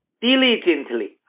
diligently